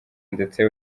ndetse